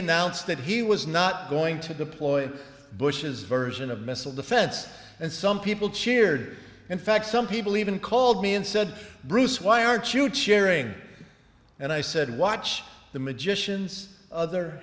announced that he was not going to deploy bush's version of missile defense and some people cheered in fact some people even called me and said bruce why aren't you cheering and i said watch the